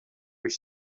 was